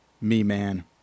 Me-Man